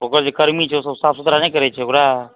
ओकर जे कर्मी छै ओसब साफ सुथरा नहि करैत छै ओकरा